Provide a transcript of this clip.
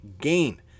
gain